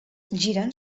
giren